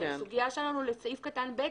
הסוגיה שלנו בסעיף קטן (ב)